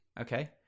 Okay